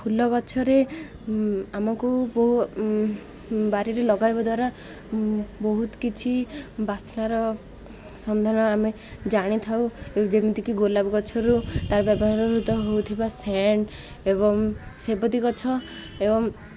ଫୁଲ ଗଛରେ ଆମକୁ ବହୁ ବାରିରେ ଲଗାଇବା ଦ୍ୱାରା ବହୁତ କିଛି ବାସ୍ନାର ସନ୍ଧାନ ଆମେ ଜାଣି ଥାଉ ଯେମିତି କି ଗୋଲାପ ଗଛରୁ ତା'ର ବ୍ୟବହାର ହୃତ ହେଉଥିବା ସେଣ୍ଟ ଏବଂ ସେବତୀ ଗଛ ଏବଂ